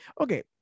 Okay